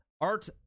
art